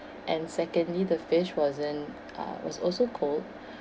and secondly the fish wasn't uh was also cold